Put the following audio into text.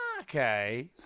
okay